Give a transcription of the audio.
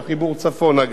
גם בחיבור צפונה,